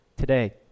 today